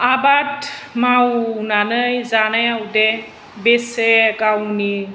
आबाद मावनानै जानायाव दे बेसे गावनि